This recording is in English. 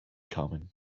common